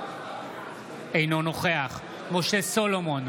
אינו נוכח משה סולומון,